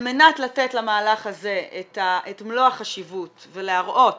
על מנת לתת למהלך הזה את מלוא החשיבות ולהראות